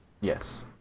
Yes